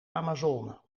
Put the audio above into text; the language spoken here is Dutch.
amazone